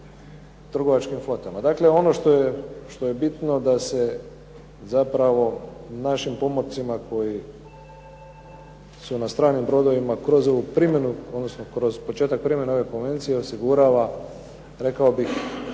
trgovačkim flotama. Dakle, ono što je bitno da se zapravo našim pomorcima koji su na stranim brodovima kroz ovu primjenu, odnosno kroz početak primjene ove konvencije osigurala rekao bih